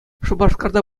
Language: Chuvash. шупашкарта